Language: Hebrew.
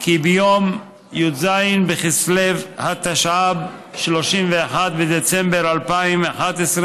כי ביום י"ז בכסלו התשע"ב, 13 בדצמבר 2011,